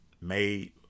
made